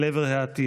אל עבר העתיד.